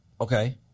Okay